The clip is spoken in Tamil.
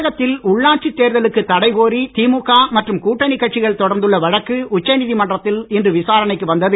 தமிழகத்தில் உள்ளாட்சி தேர்தலுக்கு தடைகோரி திமுக மற்றும் கூட்டணி கட்சிகள் தொடர்ந்துள்ள வழக்கு உச்ச நீதிமன்றத்தில் இன்று விசாரணைக்கு வந்தது